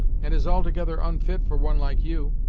and is altogether unfit for one like you!